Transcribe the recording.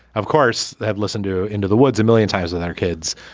of course, have listened to into the woods a million times with their kids,